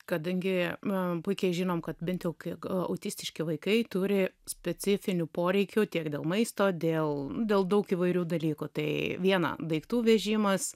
kadangi puikiai žinom kad bent jau autistiški vaikai turi specifinių poreikių tiek dėl maisto dėl dėl daug įvairių dalykų tai viena daiktų vežimas